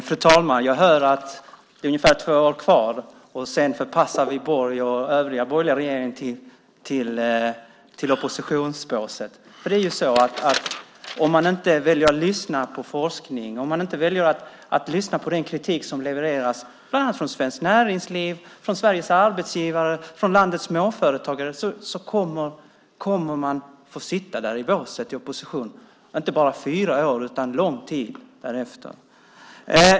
Fru talman! Jag hör att det är ungefär två år kvar, och sedan förpassar vi Borg och övriga i den borgerliga regeringen till oppositionsbåset. Om man inte väljer att lyssna på forskning, om man inte väljer att lyssna på den kritik som levereras från Svenskt Näringsliv, Sveriges arbetsgivare och landets småföretagare, kommer man att få sitta där i båset i opposition, inte bara fyra år utan lång tid därefter.